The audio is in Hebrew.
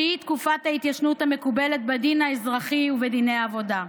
שהיא תקופת ההתיישנות המקובלת בדין האזרחי ובדיני העבודה.